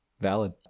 valid